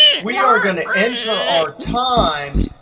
we are going to enter our times,